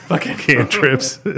cantrips